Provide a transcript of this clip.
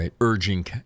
urging